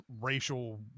racial